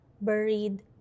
buried